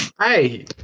Hey